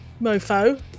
Mofo